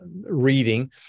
reading